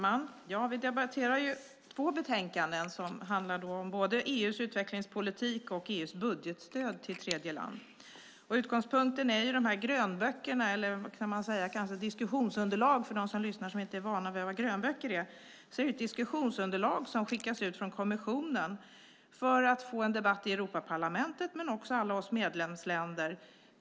Herr talman! Vi debatterar två utlåtanden som handlar om EU:s utvecklingspolitik respektive EU:s budgetstöd till tredje land. Utgångspunkten är grönböckerna; vi kan kalla dem diskussionsunderlagen för ovana som lyssnar och inte vet vad grönböcker är. Det är ett alltså diskussionsunderlag som skickas ut från kommissionen för att få en debatt i Europaparlamentet men också i alla medlemsländer.